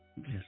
Yes